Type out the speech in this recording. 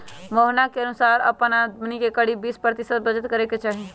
मोहना के अनुसार अपन आमदनी के करीब बीस प्रतिशत बचत करे के ही चाहि